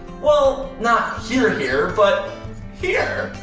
well, not here here, but here.